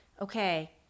okay